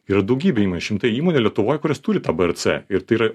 yra daugybė įmonių šimtai įmonių lietuvoj kurios turi tą brc ir tai yra